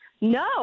No